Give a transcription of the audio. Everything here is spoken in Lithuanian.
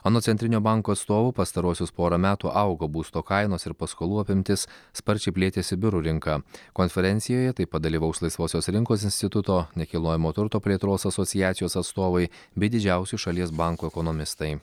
anot centrinio banko atstovų pastaruosius porą metų augo būsto kainos ir paskolų apimtis sparčiai plėtėsi biurų rinka konferencijoje taip pat dalyvaus laisvosios rinkos instituto nekilnojamo turto plėtros asociacijos atstovai bei didžiausių šalies bankų ekonomistai